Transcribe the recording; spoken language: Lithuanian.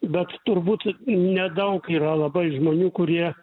bet turbūt nedaug yra labai žmonių kurie